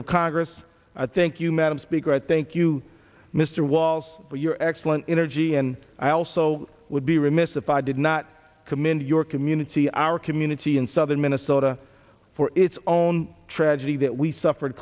of congress i think you madam speaker think you mr walls for your excellent energy and i also would be remiss if i did not commend your community our community in southern minnesota for its own tragedy that we suffered